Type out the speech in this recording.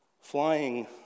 Flying